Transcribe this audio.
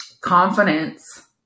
confidence